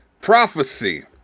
Prophecy